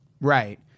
Right